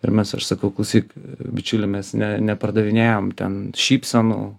ir mes aš sakau klausyk bičiuli mes ne nepardavinėjam ten šypsenų